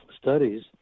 studies